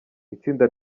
itsinda